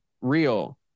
real